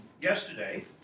yesterday